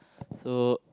so